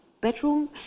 bedroom